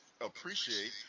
appreciate